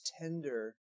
tender